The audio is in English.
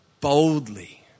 boldly